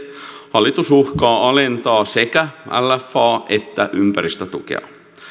hallitus uhkaa alentaa sekä lfa että ympäristötukea